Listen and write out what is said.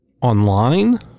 online